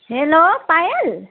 hello Payal